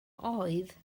oedd